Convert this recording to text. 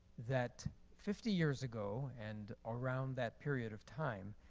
that fifty years ago and around that period of time,